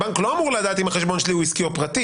הבנק לא אמור לדעת אם החשבון שלי הוא עסקי או פרטי.